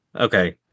Okay